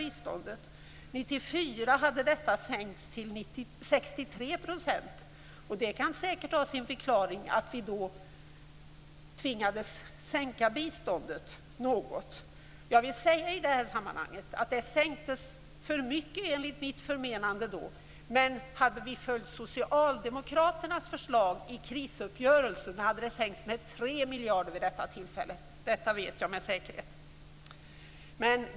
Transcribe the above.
År 1994 hade denna andel sänkts till 63 %. Det kan säkert vara en förklaring till att vi då tvingades sänka biståndet något. Enligt mitt förmenande sänktes det då för mycket, men om vi hade följt socialdemokraternas förslag i krisuppgörelsen, hade biståndet vid det tillfället sänkts med 3 miljarder. Det vet jag med säkerhet.